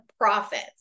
profits